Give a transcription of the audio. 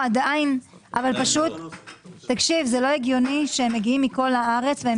זה לא הגיוני שהם מגיעים מכל הארץ והם